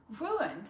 ruined